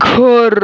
घर